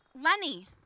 Lenny